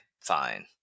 fine